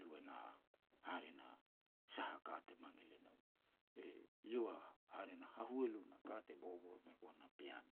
lu e na, hare na, sah a ka te mangil e nou. E iau, hare na, hahualu na ka te bobor me goan a pean